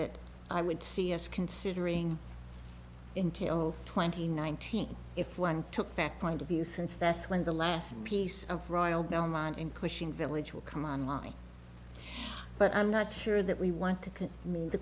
that i would see as considering in kilo twenty nineteen if one took that point of view since that's when the last piece of royal belmont in pushing village will come on line but i'm not sure that we want to can move the